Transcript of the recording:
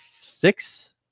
six